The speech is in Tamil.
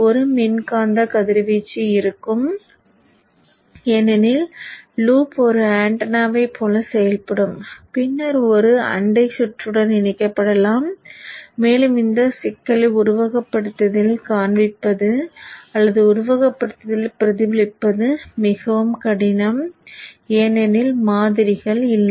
ஒரு மின்காந்த கதிர்வீச்சு இருக்கும் ஏனெனில் லூப் ஒரு ஆண்டெனாவைப் போல செயல்படும் பின்னர் இது ஒரு அண்டை சுற்றுடன் இணைக்கப்படலாம் மேலும் இந்த சிக்கலை உருவகப்படுத்துதலில் காண்பிப்பது அல்லது உருவகப்படுத்துதலில் பிரதிபலிப்பது மிகவும் கடினம் ஏனெனில் மாதிரிகள் இல்லை